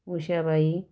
Ushabai